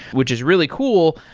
which is really cool,